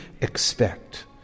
expect